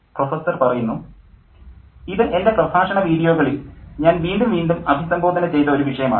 professor ഇത് എൻ്റെ പ്രഭാഷണ വീഡിയോകളിൽ ഞാൻ വീണ്ടും വീണ്ടും അഭിസംബോധന ചെയ്ത ഒരു വിഷയമാണ്